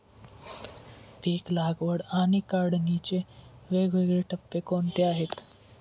पीक लागवड आणि काढणीचे वेगवेगळे टप्पे कोणते आहेत?